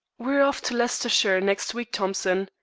we are off to leicestershire next week, thompson.